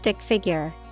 Figure